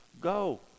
go